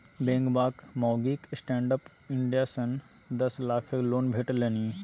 बेंगबाक माउगीक stand up India सँ दस लाखक लोन भेटलनि